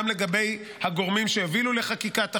גם לגבי הגורמים שהובילו לחקיקת החוק,